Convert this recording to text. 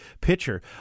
pitcher